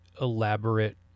elaborate